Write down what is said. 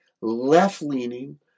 left-leaning